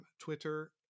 Twitter